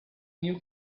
new